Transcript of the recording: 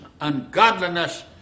Ungodliness